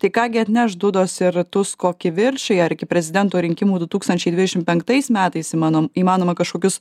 tai ką gi atneš dudos ir tusko kivirčai ar iki prezidento rinkimų du tūkstančiai dvidešimt penktais metais įmanom įmanoma kažkokius